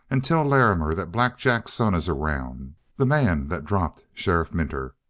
and tell larrimer that black jack's son is around the man that dropped sheriff minter.